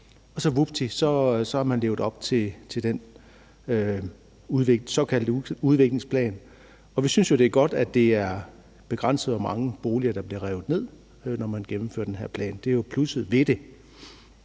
så har man levet op til den såkaldte udviklingsplan. Vi synes jo, det er godt, at det er begrænset, hvor mange boliger der bliver revet ned, når man gennemfører den her plan, for det er jo plusset ved det.